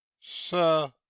sir